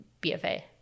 BFA